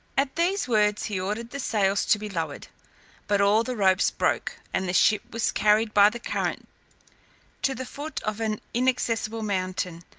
at these words he ordered the sails to be lowered but all the ropes broke, and the ship was carried by the current to the foot of an inaccessible mountain,